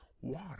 water